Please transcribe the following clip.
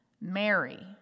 Mary